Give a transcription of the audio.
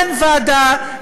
אין ועדה,